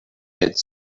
had